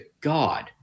God